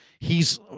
hes